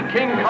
King